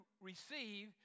receive